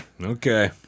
Okay